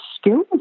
skills